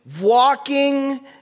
Walking